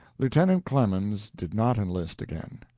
lieutenant clemens did not enlist again.